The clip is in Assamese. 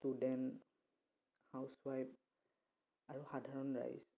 ষ্টুডেণ্ট হাউচৱাইফ আৰু সাধাৰণ ৰাইজ